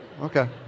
Okay